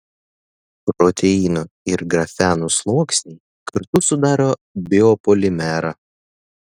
proteinų ir grafeno sluoksniai kartu sudaro biopolimerą